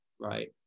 right